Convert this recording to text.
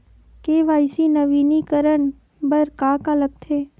KYC नवीनीकरण बर का का लगथे?